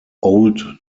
old